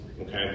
okay